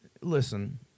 Listen